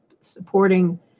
supporting